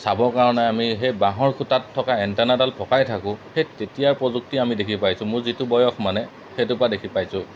চাবৰ কাৰণে আমি সেই বাঁহৰ খুটাত থকা এণ্টেনাডাল পকাই থাকোঁ সেই তেতিয়াৰ প্ৰযুক্তি আমি দেখি পাইছোঁ মোৰ যিটো বয়স মানে সেইটোৰপৰা দেখি পাইছোঁ